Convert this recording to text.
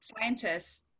scientists